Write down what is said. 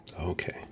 Okay